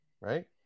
Right